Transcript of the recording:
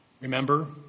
Remember